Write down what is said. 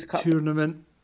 tournament